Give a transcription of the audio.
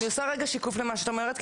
אני עושה רגע שיקוף למה שאת אומרת,